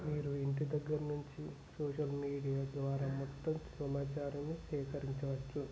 మీరు ఇంటి దగ్గర నుంచి సోషల్ మీడియా ద్వారా మొత్తం సమాచారము సేకరించవచ్చు